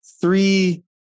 three